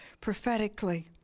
prophetically